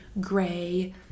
gray